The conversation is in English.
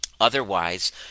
otherwise